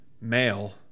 male